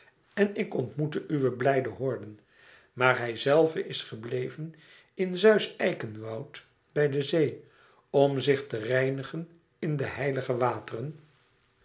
en ik ontmoette uwe blijde horden maar hijzelve is gebleven in zeus eikenwoud bij de zee om zich te reinigen in de heilige wateren